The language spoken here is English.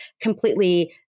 completely